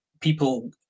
people